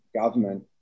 government